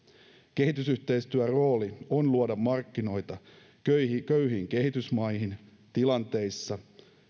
kehitysyhteistyön rooli on luoda markkinoita köyhiin köyhiin kehitysmaihin tilanteissa